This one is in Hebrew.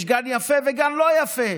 יש גן יפה וגן לא יפה,